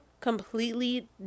completely